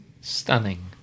Stunning